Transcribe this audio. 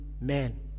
man